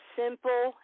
simple